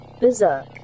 berserk